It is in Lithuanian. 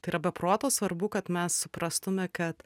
tai yra be proto svarbu kad mes suprastume kad